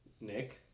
Nick